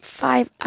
five